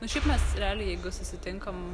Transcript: nu šiaip mes realiai jeigu susitinkam